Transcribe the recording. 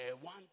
one